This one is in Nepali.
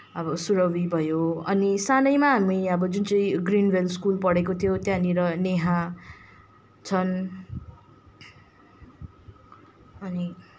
अब सुरभी भयो अनि सानैमा हामी अब जुन चाहिँ ग्रिन भेल स्कुल पढेका थियौँ त्यहाँनिर नेहा छन् अनि